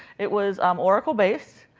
it was um oracle based.